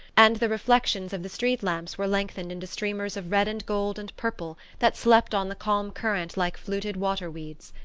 and the reflections of the street lamps were lengthened into streamers of red and gold and purple that slept on the calm current like fluted water-weeds.